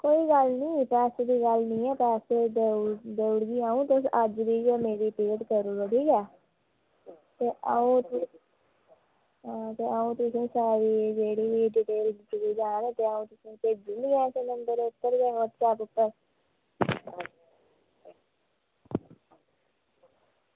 कोई गल्ल निं पैसे दी गल्ल निं ऐ पैसे देई ओड़गी ते तुस अज्ज दी गै मेरी पेड करी ओड़ी ऐ ठीक ऐ ते अंऊ तुसेंगी सारी डिटेल दित्ती जा ओह् भेजी ओड़ी ऐ ऐसे नंबर उप्पर व्हाट्सएप उप्पर